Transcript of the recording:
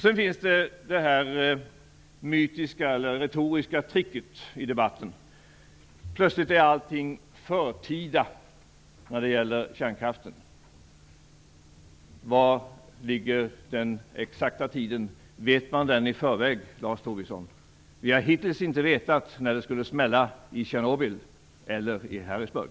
Sedan används ett retoriskt trick i debatten. Plötsligt är allting förtida när det gäller kärnkraften. Var ligger den exakta tidpunkten? Vet man det i förväg, Lars Tobisson? Vi har hittills inte vetat när det skulle smälla i Tjernobyl eller i Harrisburg.